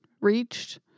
Reached